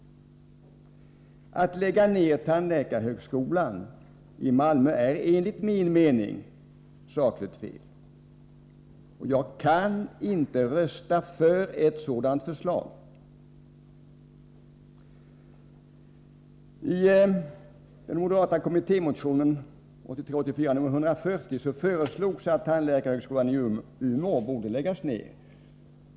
Att lägga ner tandläkarhögskolan i Malmö är enligt min mening sakligt felaktigt. Jag kan inte rösta för ett sådant förslag. I den moderata kommittémotionen 1983/84:140 föreslogs att tandläkarhögskolan i Umeå skulle läggas ner.